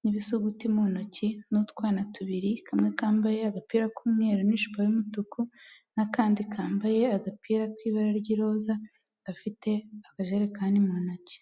n'ibisuguti mu ntoki n'utwana tubiri, kamwe kambaye agapira k'umweru n'ijipo y'umutuku n'akandi kambaye agapira k'ibara ry'iroza, gafite akajarekani mu ntoki.